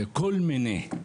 כל מיני.